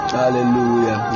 hallelujah